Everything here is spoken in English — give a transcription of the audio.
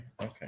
okay